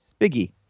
Spiggy